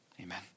amen